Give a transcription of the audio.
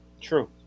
true